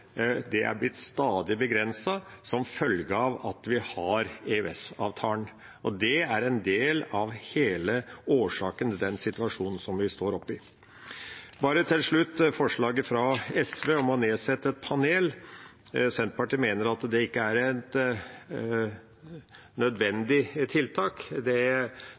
det som trengs i Norge. Det er blitt stadig begrenset som følge av at vi har EØS-avtalen, og det er en del av årsaken til den situasjonen vi står oppe i. Til slutt til forslaget fra SV om å nedsette et panel: Senterpartiet mener at det ikke er et nødvendig tiltak.